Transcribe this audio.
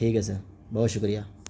ٹھیک ہے سر بہت شکریہ